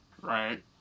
right